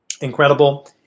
Incredible